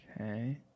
Okay